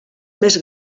més